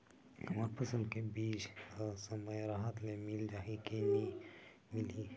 हमर फसल के बीज ह समय राहत ले मिल जाही के नी मिलही?